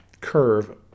curve